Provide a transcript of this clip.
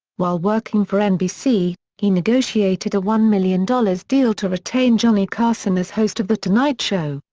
while working for nbc, he negotiated a one million dollars deal to retain johnny carson as host of the tonight show.